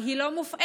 היא לא מופעלת.